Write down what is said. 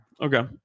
Okay